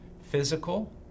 physical